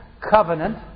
covenant